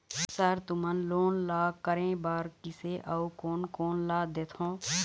Sir तुमन loan का का करें बर, किसे अउ कोन कोन ला देथों?